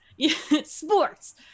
Sports